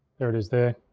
there it is there.